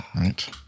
right